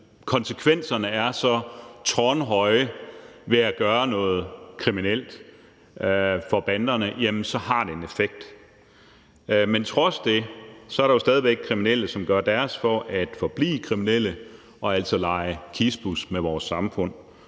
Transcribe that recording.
straffene så tårnhøje for banderne ved at gøre noget kriminelt, jamen så har det en effekt. Men trods det er der jo stadig væk kriminelle, som gør deres for at forblive kriminelle og altså lege kispus med vores samfund.